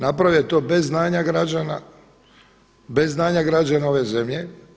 Napravio je to bez znanja građana, bez znanja građana ove zemlje.